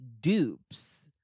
dupes